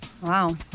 Wow